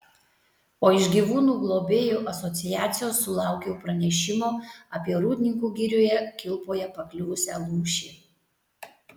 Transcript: o iš gyvūnų globėjų asociacijos sulaukiau pranešimo apie rūdninkų girioje kilpoje pakliuvusią lūšį